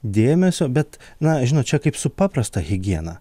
dėmesio bet na žinot čia kaip su paprasta higiena